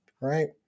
right